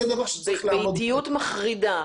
זה דבר שצריך לעמוד --- באיטיות מחרידה.